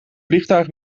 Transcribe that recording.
vliegtuig